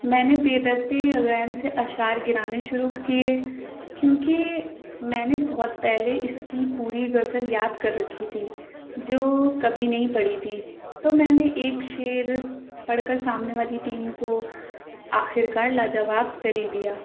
میں نے پے درپے غ سے اشعار گرانے شروع کیے کیوں کہ میں نے بہت پہلے اس کی پوری غزل یاد کر رکھی تھی جو کبھی نہیں پڑھی تھی تو میں نے ایک شعر پڑھ کر سامنے والی ٹیم کو آخر کار لاجواب کر ہی دیا